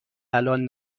الان